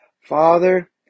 Father